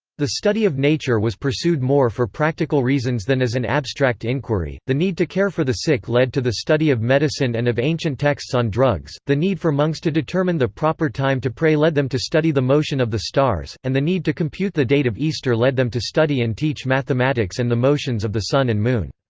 the study of nature was pursued more for practical reasons than as an abstract inquiry the need to care for the sick led to the study of medicine and of ancient texts on drugs the need for monks to determine the proper time to pray led them to study the motion of the stars and the need to compute the date of easter led them to study and teach mathematics and the motions of the sun and moon.